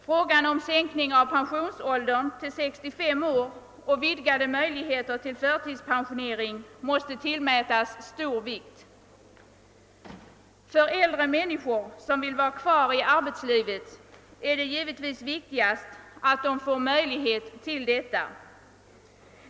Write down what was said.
Frågan om sänkning av pensionsåldern till 65 år och vidgade möjligheter till förtidspensionering måste tillmätas stor vikt. För äldre människor som vill vara kvar i arbetslivet är det givetvis viktigt att de får möjlighet till detta.